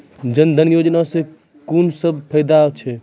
जनधन योजना सॅ कून सब फायदा छै?